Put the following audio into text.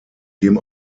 dem